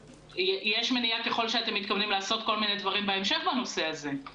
יש מניעה ככל שאתם מתכוונים לעשות כל מיני דברים בהמשך בנושא הזה.